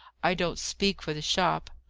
i don't speak for the shop,